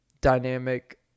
dynamic